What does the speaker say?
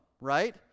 right